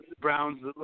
Browns